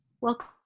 Welcome